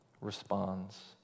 responds